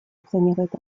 оценивает